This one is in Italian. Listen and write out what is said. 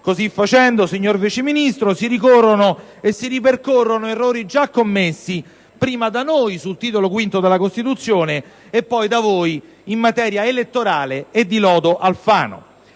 Così facendo, signor Vice Ministro, si ripercorrono errori già commessi prima da noi, sul Titolo V della Costituzione, e poi da voi, in materia elettorale e con il lodo Alfano.